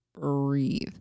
breathe